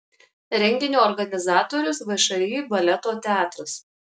renginio organizatorius všį baleto teatras